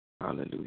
Hallelujah